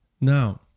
now